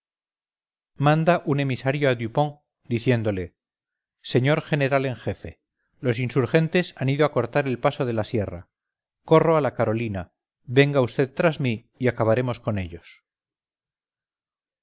manda un emisario a dupont diciéndole señor general en jefe los insurgentes han ido a cortar el paso de la sierra corro a la carolina venga vd tras mí y acabaremos con ellos